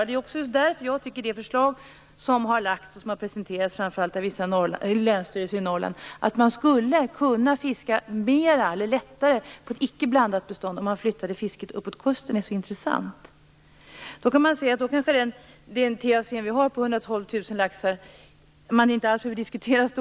Det är också just därför som jag tycker att det förslag som har lagts fram och som har presenterats framför allt i länsstyrelser i Norrland att man lättare skulle kunna fiska på ett icke blandat bestånd om man flyttade fisket uppåt kusten är så intressant. Då kanske inte storleken på den TAC på 112 000 laxar som vi har behöver diskuteras.